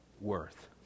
worth